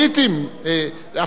בהחלט יכולים לבוא ולומר.